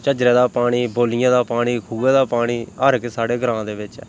झज्जरा दा पानी बोलियें दा पानी खुहै दा पानी हर इक साढ़े ग्रांऽ दे बिच्च ऐ